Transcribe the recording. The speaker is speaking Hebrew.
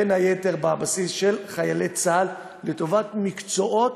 בין היתר, בבסיס של חיילי צה"ל לטובת מקצועות